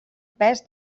pes